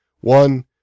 One